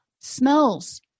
Smells